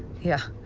yeah.